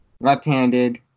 Left-handed